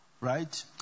Right